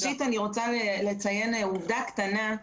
ראשית, אני רוצה לציין עובדה קטנה.